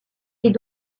est